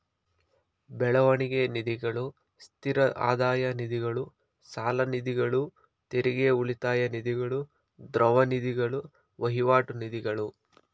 ಬೆಳವಣಿಗೆ ನಿಧಿಗಳು, ಸ್ಥಿರ ಆದಾಯ ನಿಧಿಗಳು, ಸಾಲನಿಧಿಗಳು, ತೆರಿಗೆ ಉಳಿತಾಯ ನಿಧಿಗಳು, ದ್ರವ ನಿಧಿಗಳು, ವಹಿವಾಟು ನಿಧಿಗಳು